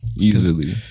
easily